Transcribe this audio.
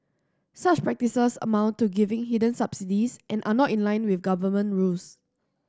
such practices amount to giving hidden subsidies and are not in line with government rules